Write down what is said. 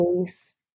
face